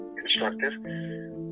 instructive